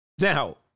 now